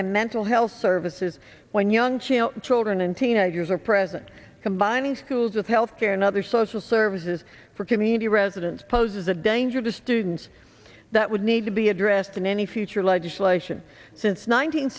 and mental health services when young child children and teenagers are present combining schools with health care and other social services for community residents poses a danger to students that would need to be addressed in any future legislation since nine